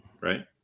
right